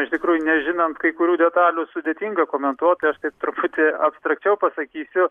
iš tikrųjų nežinant kai kurių detalių sudėtinga komentuoti aš taip truputį abstrakčiau pasakysiu